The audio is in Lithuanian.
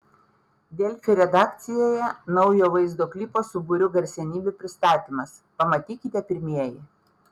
delfi redakcijoje naujo vaizdo klipo su būriu garsenybių pristatymas pamatykite pirmieji